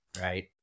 right